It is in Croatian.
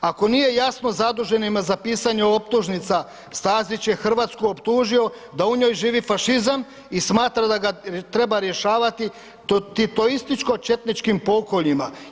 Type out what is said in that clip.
Ako nije jasno zaduženima za pisanje optužnica, Stazić je Hrvatsku optužio da u njoj živi fašizam i smatra da ga treba rješavati titoističko-četničkim pokoljima.